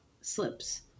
slips